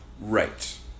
Right